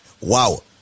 Wow